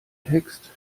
text